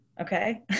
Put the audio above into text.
okay